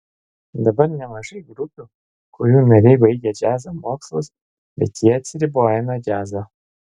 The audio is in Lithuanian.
dabar nemažai grupių kurių nariai baigę džiazo mokslus bet jie atsiriboja nuo džiazo